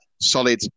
solid